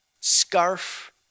scarf